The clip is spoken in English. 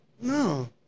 No